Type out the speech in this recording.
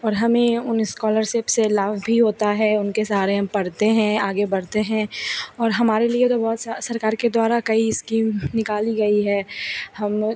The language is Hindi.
और हमें उन इस्कॉलरसिप से लाभ भी होता है उनके सहारे हम पढ़ते हैं आगे बढ़ते हैं और हमारे लिए तो बहुत सरकार द्वारा कई इस्कीम निकाली गई है हम